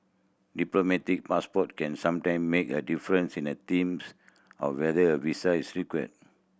diplomatic passport can sometime make a difference in a teams of whether a visa is required